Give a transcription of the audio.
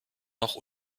noch